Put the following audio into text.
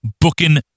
booking